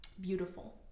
beautiful